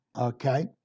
okay